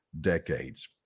decades